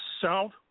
South